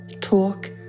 talk